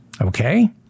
Okay